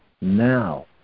now